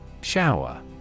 Shower